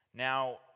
Now